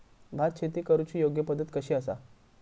भात शेती करुची योग्य पद्धत कशी आसा?